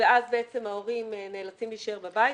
ואז בעצם ההורים נאלצים להישאר בבית.